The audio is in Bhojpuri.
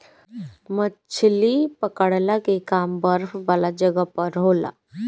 मछली पकड़ला के काम बरफ वाला जगह पर होला